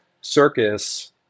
circus